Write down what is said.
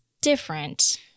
different